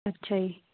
ਅੱਛਾ ਜੀ